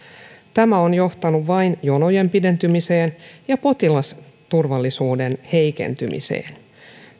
tämä on johtanut vain jonojen pidentymiseen ja potilasturvallisuuden heikentymiseen